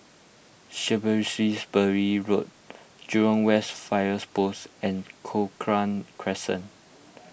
Road Jurong West Fire Post and Cochrane Crescent